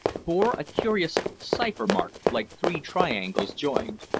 bore a curious cipher-mark like three triangles joined.